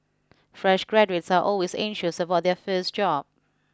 fresh graduates are always anxious about their first job